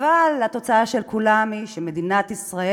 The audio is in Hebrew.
אבל התוצאה של כולם היא שמדינת ישראל